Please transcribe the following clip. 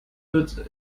wird